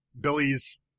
Billy's